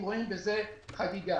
אם רואים בזה חגיגה.